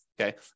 okay